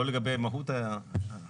לא לגבי מהות הדברים,